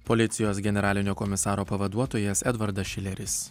policijos generalinio komisaro pavaduotojas edvardas šileris